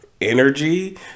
energy